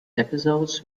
episodes